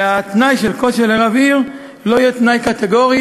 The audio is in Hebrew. והתנאי של כושר לרב עיר לא יהיה תנאי קטגורי